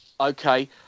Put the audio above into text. Okay